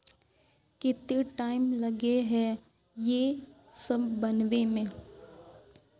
केते टाइम लगे है ये सब बनावे में?